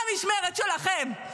במשמרת שלכם.